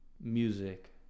music